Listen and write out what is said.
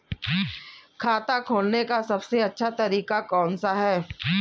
खाता खोलने का सबसे अच्छा तरीका कौन सा है?